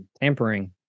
Tampering